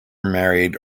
married